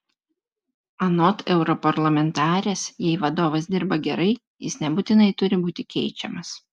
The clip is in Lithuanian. anot europarlamentarės jei vadovas dirba gerai jis nebūtinai turi būti keičiamas